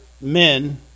Men